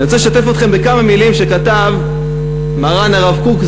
אני רוצה לשתף אתכם בכמה מילים שכתב מרן הרב קוק,